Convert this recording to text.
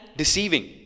deceiving